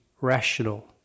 rational